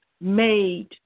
made